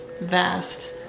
vast